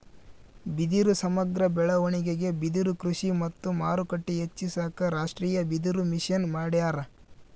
ಬಿದಿರು ಸಮಗ್ರ ಬೆಳವಣಿಗೆಗೆ ಬಿದಿರುಕೃಷಿ ಮತ್ತು ಮಾರುಕಟ್ಟೆ ಹೆಚ್ಚಿಸಾಕ ರಾಷ್ಟೀಯಬಿದಿರುಮಿಷನ್ ಮಾಡ್ಯಾರ